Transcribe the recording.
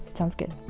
sounds good